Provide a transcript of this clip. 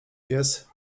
pies